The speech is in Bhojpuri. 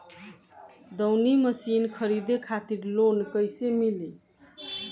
दऊनी मशीन खरीदे खातिर लोन कइसे मिली?